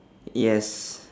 yes